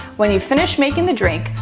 when you finish making the drink,